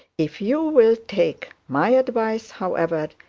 if you will take my advice, however,